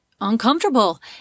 uncomfortable